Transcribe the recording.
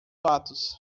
fatos